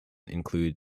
include